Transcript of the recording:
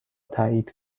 تایید